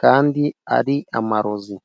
kandi ari amarozi.